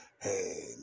Hey